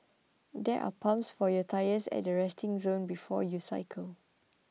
there are pumps for your tyres at the resting zone before you cycle